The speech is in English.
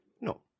No